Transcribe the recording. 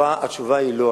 התשובה היא לא.